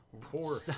Poor